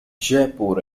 jaipur